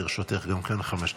לרשותך גם כן חמש דקות.